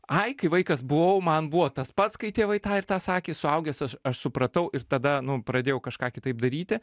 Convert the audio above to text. ai kai vaikas buvau man buvo tas pats kai tėvai tą ir tą sakė suaugęs aš aš supratau ir tada nu pradėjau kažką kitaip daryti